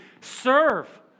serve